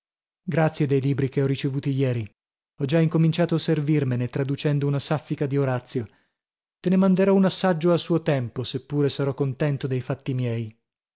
grazie dei libri che ho ricevuti ieri ho già incominciato a servirmene traducendo una saffica di orazio te ne manderò un assaggio a suo tempo se pure sarò contento dei fatti miei